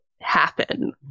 happen